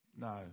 No